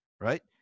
right